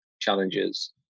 challenges